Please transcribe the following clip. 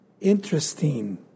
Interesting